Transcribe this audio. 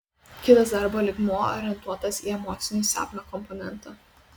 kitas darbo lygmuo orientuotas į emocinį sapno komponentą